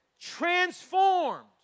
transformed